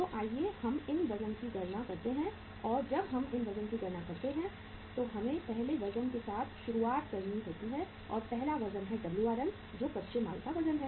तो आइए हम इन वज़न की गणना करते हैं और जब हम इन वज़न की गणना करते हैं तो हमें पहले वज़न के साथ शुरुआत करनी होती है और पहला वज़न है WRM जो कच्चे माल का वजन है